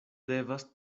devas